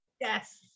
yes